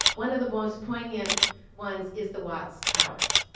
one of the most poignant ones is the watts towers.